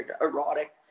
erotic